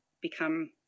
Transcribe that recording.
become